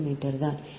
75 metre தான்